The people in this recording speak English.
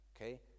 okay